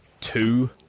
two